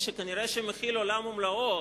שכנראה מכיל עולם ומלואו,